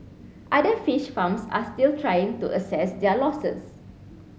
other fish farms are still trying to assess their losses